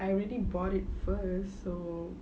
I already bought it first so